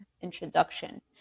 introduction